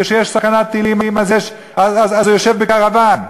כשיש סכנת טילים אז הוא יושב בקרוון.